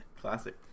Classic